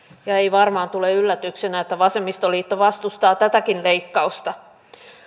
ja ei varmaan tule yllätyksenä että vasemmistoliitto vastustaa tätäkin leikkausta